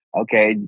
okay